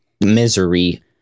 misery